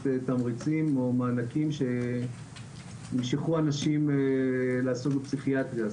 תמריצים או מענקים שיימשכו אנשים לעסוק בפסיכיאטריה.